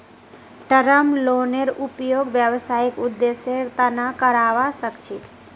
term लोनेर उपयोग व्यावसायिक उद्देश्येर तना करावा सख छी